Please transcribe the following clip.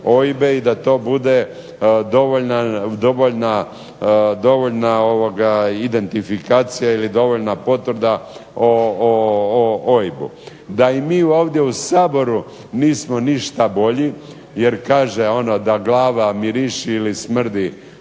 i da to bude dovoljna identifikacija ili dovoljna potvrda o OIB-u. Da i mi ovdje u Saboru nismo ništa bolji jer kaže ono da glava miriši ili smrdi